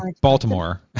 Baltimore